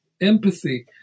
empathy